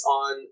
on